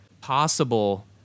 possible